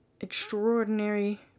extraordinary